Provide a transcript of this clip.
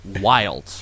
wild